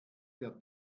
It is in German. der